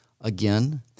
again